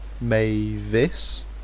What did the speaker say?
Mavis